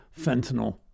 Fentanyl